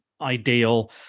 ideal